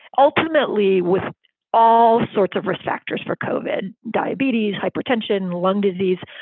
ultimately, with all sorts of risk factors for coalbed diabetes, hypertension, lung disease.